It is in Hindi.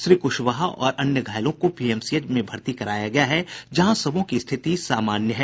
श्री कुशवाहा और अन्य घायलों को पीएमसीएच में भर्ती कराया गया है जहां सबों की स्थिति सामान्य है